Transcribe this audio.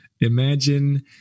imagine